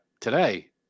today